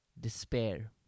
despair